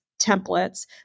templates